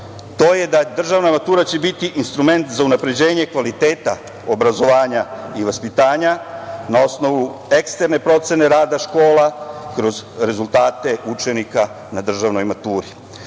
to je da će državna matura biti instrument za unapređenje kvaliteta obrazovanja i vaspitanja, na osnovu eksterne procene rada škola, kroz rezultate učenika na državnoj maturi. Sve